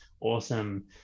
awesome